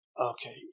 okay